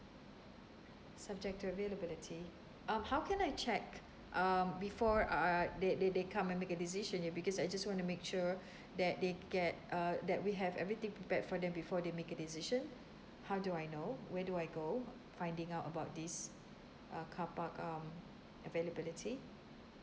subject to availability um how can I check um before err they they they come and make a decision because I just want to make sure that they get err that we have everything prepared for them before they make a decision how do I know where do I go finding out about this uh car park um availability